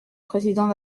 président